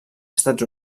estats